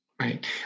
right